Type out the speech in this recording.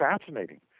fascinating